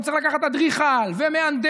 הרי הוא צריך לקחת אדריכל ומהנדס,